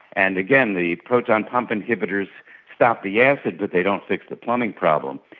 and again, the proton pump inhibitors stop the acid but they don't fix the plumbing problem.